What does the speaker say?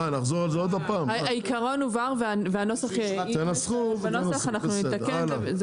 העיקרון הובהר ובנוסח אנחנו נתקן.